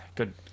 Good